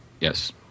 Yes